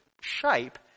shape